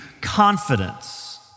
confidence